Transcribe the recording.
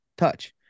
Touch